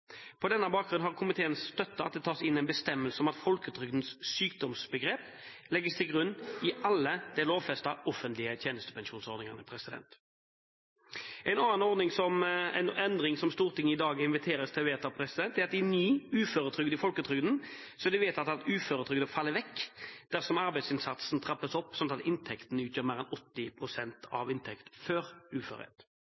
På denne bakgrunn har komiteen støttet at det tas inn en bestemmelse om at folketrygdens sykdomsbegrep legges til grunn i alle de lovfestede offentlige tjenestepensjonsordningene. En annen endring som Stortinget i dag inviteres til å vedta, er at det i ny uføretrygd i folketrygden er vedtatt at uføretrygden faller vekk dersom arbeidsinnsatsen trappes opp slik at inntekten utgjør mer enn